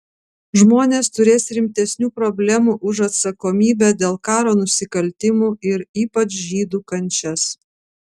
žmonės turės rimtesnių problemų už atsakomybę dėl karo nusikaltimų ir ypač žydų kančias